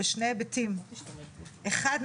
בשני היבטים: אחד,